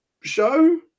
Show